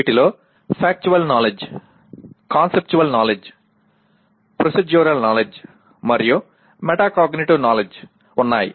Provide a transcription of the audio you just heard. వీటిలో factual knowledge conceptual knowledge procedural knowledge మరియు metacognitive knowledge ఉన్నాయి